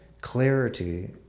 clarity